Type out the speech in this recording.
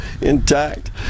intact